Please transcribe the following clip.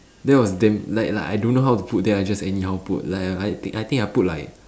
that was damn li~ like I don't know how to put then I just anyhow put li~ like I think I think I put like